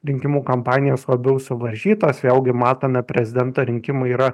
rinkimų kampanijos labiau suvaržytos vėlgi matome prezidento rinkimai yra